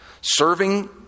serving